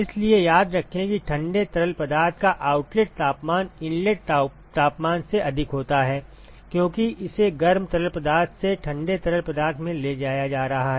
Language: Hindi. इसलिए याद रखें कि ठंडे तरल पदार्थ का आउटलेट तापमान इनलेट तापमान से अधिक होता है क्योंकि इसे गर्म तरल पदार्थ से ठंडे तरल पदार्थ में ले जाया जा रहा है